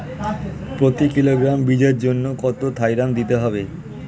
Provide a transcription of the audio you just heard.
প্রতি কিলোগ্রাম বীজের জন্য কত থাইরাম দিতে হবে?